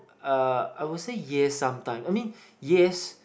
uh I will say yes sometime I mean yes